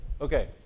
Okay